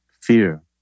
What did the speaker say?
fear